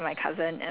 ya